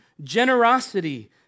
generosity